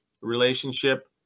relationship